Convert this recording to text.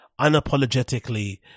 unapologetically